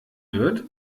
wird